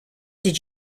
did